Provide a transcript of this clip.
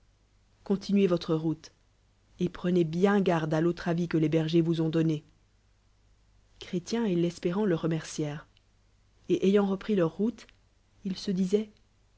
continnez votre route et prenez bien garde à l'autre avis que les bergers vous ont donué chrétien et l'espérant le remercièrent et ayant repris leur route ils se disoient